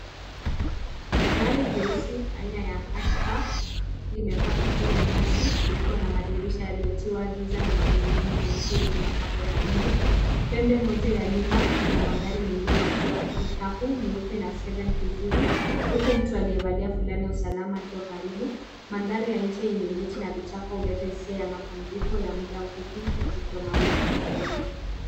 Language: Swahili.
Gari jeusi aina ya Archback limebaki juu ya nyasi, likiwa na madirisha yaliyotiwa giza na magurudumu nyeusi yenye mapambo nyekundu. Pembe moja ya nyuma ina magari mengine yakiwa pikapu nyeupe na Sedan kijivu huku mtu aliyevalia fulana ya usalama akiwa karibu. Mandari ya nje mechi na vichaka yenye mapumziko ya muda mfupi au tukio maalum ya kijamii.